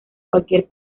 cualquier